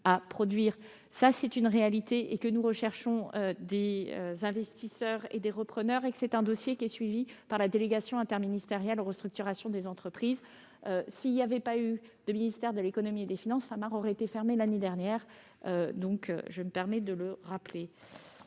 à produire. Voilà la réalité ! Nous recherchons des investisseurs et des repreneurs et c'est un dossier que suit la délégation interministérielle aux restructurations d'entreprises. Sans l'intervention du ministère de l'économie et des finances, Famar aurait fermé l'année dernière. Je me permets de le rappeler.